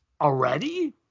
already